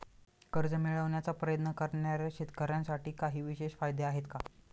कर्ज मिळवण्याचा प्रयत्न करणाऱ्या शेतकऱ्यांसाठी काही विशेष फायदे आहेत का?